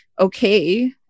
okay